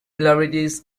coat